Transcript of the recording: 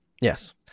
Yes